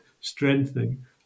strengthening